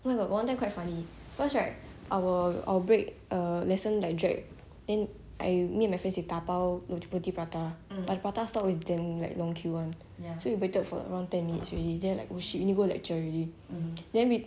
where got one time quite funny once right our our break eh lesson like drag then I meet my friends we dabao roti prata like prata stall is damn like long queue [one] so we waited for around ten minutes already then like oh shit we go like lecture already then we